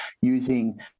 using